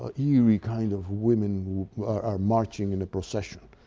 ah yeah eerie kind of women are marching in a procession.